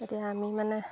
এতিয়া আমি মানে